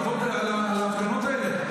לבוא להפגנות האלה,